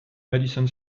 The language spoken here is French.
madison